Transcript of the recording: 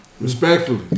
Respectfully